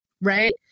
right